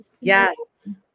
yes